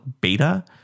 beta